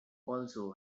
also